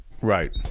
Right